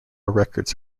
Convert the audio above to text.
records